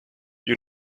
you